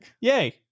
Yay